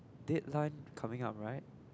deadline coming up right